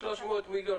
300 מיליון ,